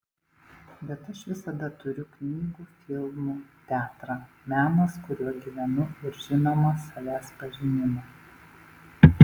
bet aš visada turiu knygų filmų teatrą menas kuriuo gyvenu ir žinoma savęs pažinimą